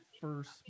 first